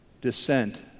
descent